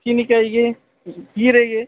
ಚೀನಿಕಾಯಿಗೆ ಹೀರೆಗೆ